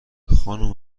خانم